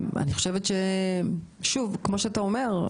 המלחמה -- כמו שאתה אומר,